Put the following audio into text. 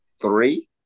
three